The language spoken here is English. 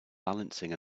balancing